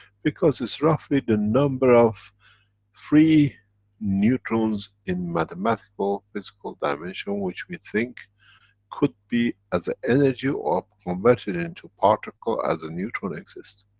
because it's roughly the number of free neutrons in mathematical physical dimension, which we think could be as a energy, or converted into particle as a neutron exist.